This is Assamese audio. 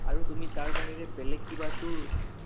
আৰু তুমি তাৰ বাহিৰে বেলেগ কিবাটো